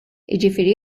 jiġifieri